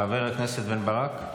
חבר הכנסת בן ברק,